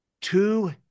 two